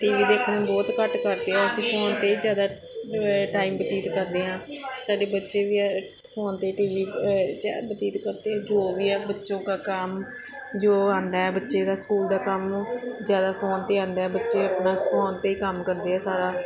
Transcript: T V ਦੇਖਣਾ ਬਹੁਤ ਘੱਟ ਕਰਤਿਆ ਅਸੀਂ ਫੋਨ 'ਤੇ ਜ਼ਿਆਦਾ ਟਾਈਮ ਬਤੀਤ ਕਰਦੇ ਹਾਂ ਸਾਡੇ ਬੱਚੇ ਵੀ ਫੋਨ 'ਤੇ ਟੀ ਵੀ ਬਤੀਤ ਕਰਦੇ ਹੈ ਜੋ ਵੀ ਆ ਬੱਚੋ ਕਾ ਕਾਮ ਜੋ ਆਉਂਦਾ ਬੱਚੇ ਦਾ ਸਕੂਲ ਦਾ ਕੰਮ ਜ਼ਿਆਦਾ ਫੋਨ 'ਤੇ ਆਉਂਦਾ ਬੱਚੇ ਆਪਣਾ ਫੋਨ 'ਤੇ ਕੰਮ ਕਰਦੇ ਆ ਸਾਰਾ